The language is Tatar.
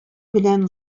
белән